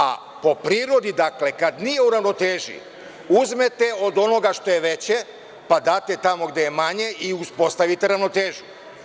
A po prirodi, kada nije u ravnoteži, uzmete od onoga što je veće, pa date tamo gde je manje i uspostavite ravnotežu.